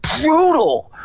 brutal